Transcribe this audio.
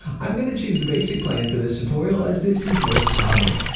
i'm going to choose the basic plan for this tutorial as this is most common.